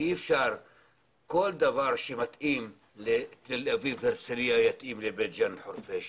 ולא כל דבר שמתאים לתל-אביב והרצליה יתאים לבית ג'ן וחורפיש.